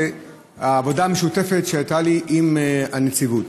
והעבודה המשותפת שהייתה לי עם הנציבות.